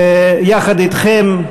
יחד אתכם,